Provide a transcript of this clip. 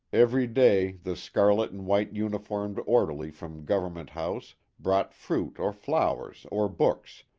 every day the scarlet and white uniformed orderly from government house brought fruit or flowers or books,